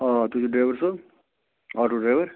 آ تُہۍ چھُو ڈرٛایوَر صٲب آٹوٗ ڈرٛایوَر